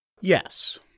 Yes